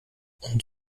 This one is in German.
und